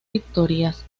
victorias